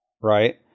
Right